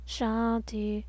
Shanti